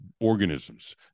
organisms